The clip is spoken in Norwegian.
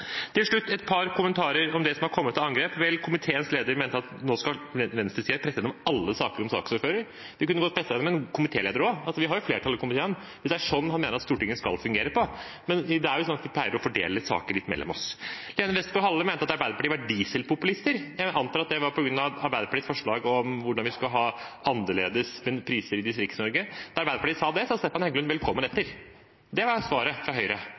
Et par kommentarer om det som har kommet av angrep: Komiteens leder mente at nå skal venstresiden presse igjennom alle saker som saksordfører. Vi kunne godt presset gjennom en komitéleder også – vi har jo flertall i komiteen – hvis det er sånn han mener at Stortinget skal fungere. Men det er jo sånn at vi pleier å fordele sakene litt mellom oss. Lene Westgaard-Halle mente at Arbeiderpartiet var dieselpopulister. Jeg antar at det var på grunn av Arbeiderpartiets forslag om hvordan vi skal ha annerledes priser i Distrikts-Norge. Da Arbeiderpartiet sa det, sa Stefan Heggelund velkommen etter. Det var svaret fra Høyre